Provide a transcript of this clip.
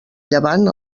llevant